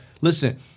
listen